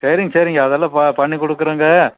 சரிங்க சரிங்க அதெல்லாம் பண்ணிக் கொடுக்கறங்க